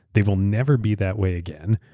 they will never be that way again.